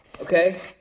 Okay